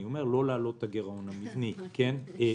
אני אומר לא להעלות את הגירעון המבני בעיקר.